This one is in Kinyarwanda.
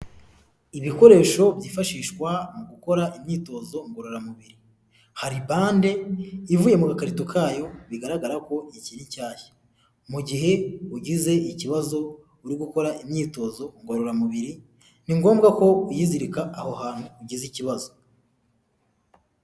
Ibikoresho byifashishwa mu gukora imyitozo ngororamubiri. Hari bande ivuye mu gakarito kayo bigaragara ko ikiri nshyashya. Mu gihe ugize ikibazo uri gukora imyitozo ngororamubiri, ni ngombwa ko uyizirika aho hantu ugeze ikibazo.